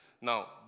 Now